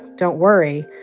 don't worry,